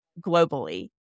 globally